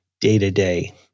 day-to-day